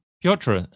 Piotr